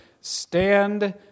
stand